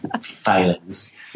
failings